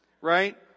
Right